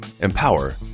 empower